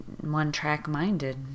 one-track-minded